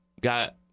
got